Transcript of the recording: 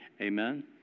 Amen